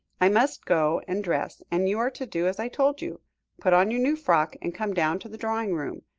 i must go and dress, and you are to do as i told you put on your new frock, and come down to the drawing-room.